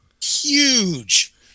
Huge